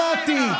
שמעתי.